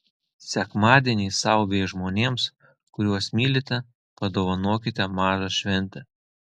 sekmadienį sau bei žmonėms kuriuos mylite padovanokite mažą šventę